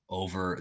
over